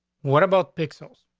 what about pixels?